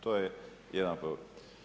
To je jedan problem.